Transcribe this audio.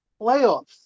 playoffs